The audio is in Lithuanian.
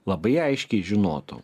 labai aiškiai žinotų